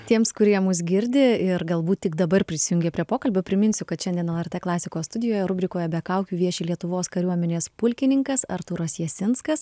tiems kurie mus girdi ir galbūt tik dabar prisijungė prie pokalbio priminsiu kad šiandien lrt klasikos studijoje rubrikoje be kaukių vieši lietuvos kariuomenės pulkininkas artūras jasinskas